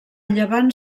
llevant